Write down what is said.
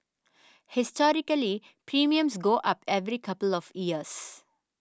historically premiums go up every couple of years